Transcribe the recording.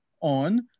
on